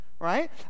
Right